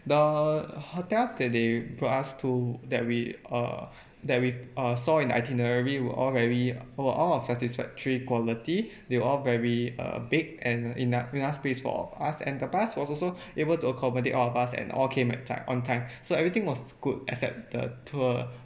the hotel that they brought us to that we uh that we uh saw in the itinerary were all very were all of satisfactory quality they were all very uh big and enou~ enough space for us and the bus was also able to accommodate all of us and all came at time on time so everything was good except the tour